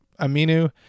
Aminu